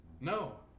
No